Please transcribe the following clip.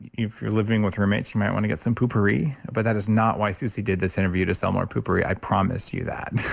if you're living with roommates you might want to get some poo-pourri but that is not why, suzy did this interview to sell more poo-pourri, i promise you that.